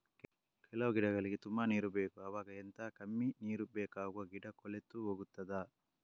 ಕೆಲವು ಗಿಡಗಳಿಗೆ ತುಂಬಾ ನೀರು ಬೇಕು ಅವಾಗ ಎಂತ, ಕಮ್ಮಿ ನೀರು ಬೇಕಾಗುವ ಗಿಡ ಕೊಳೆತು ಹೋಗುತ್ತದಾ?